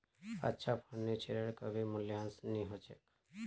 अच्छा फर्नीचरेर कभी मूल्यह्रास नी हो छेक